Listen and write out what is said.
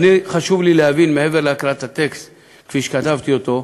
חשוב להבין, מעבר להקראת הטקסט כפי שכתבתי אותו: